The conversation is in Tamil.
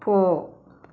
போ